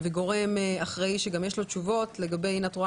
הוא גורם אחראי שיש לו גם תשובות - את רואה